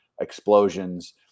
explosions